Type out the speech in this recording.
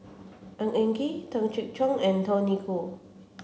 Ng Eng Kee Tung Chye Cong and Tony Khoo